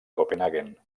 copenhaguen